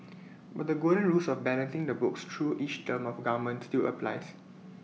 but the golden rules of balancing the books through each term of government still applies